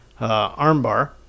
armbar